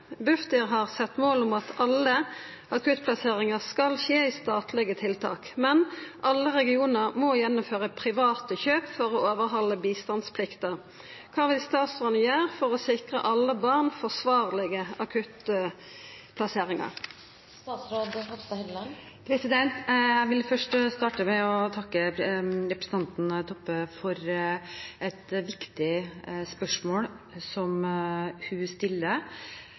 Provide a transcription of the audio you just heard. Bufdir har sett mål om at alle akuttplasseringar skal skje i statlege tiltak. Men alle regionar må gjennomføre private kjøp for å overhalde bistandsplikta. Kva vil statsråden gjere for å sikre alle barn forsvarlege akuttplasseringar?» Jeg vil starte med å takke representanten Toppe for at hun stiller et viktig spørsmål